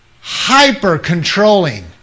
hyper-controlling